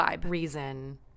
reason